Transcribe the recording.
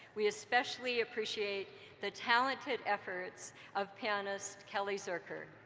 we especially appreciate the talented efforts of pianist kelly zuercher,